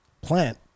plant